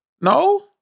No